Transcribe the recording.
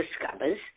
discovers